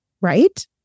right